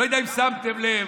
לא יודע אם שמתם לב,